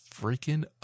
freaking